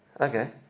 Okay